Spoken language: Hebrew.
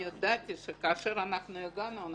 אני הודעתי שכאשר אנחנו הודענו,